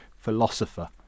philosopher